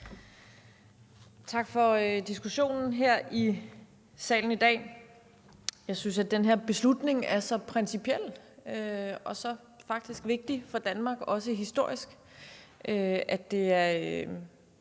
Tak for diskussionen her i salen i dag. Jeg synes, at den her beslutning er så principiel og faktisk så vigtig for Danmark, også historisk, at det er